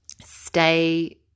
stay